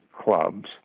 clubs